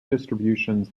distributions